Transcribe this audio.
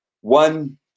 one